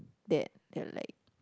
dad that like